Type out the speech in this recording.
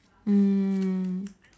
mm